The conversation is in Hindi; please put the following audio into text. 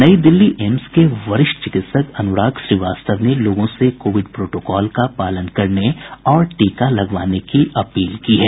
नई दिल्ली एम्स के वरिष्ठ चिकित्सक अनुराग श्रीवास्तव ने लोगों से कोविड प्रोटोकॉल का पालन करने और टीका लगवाने की अपील की है